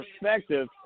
perspective